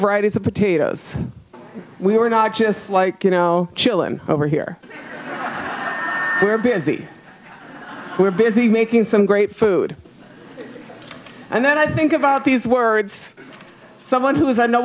varieties of potatoes we were not just like you know chillin over here we're busy we're busy making some great food and then i think about these words someone who is i know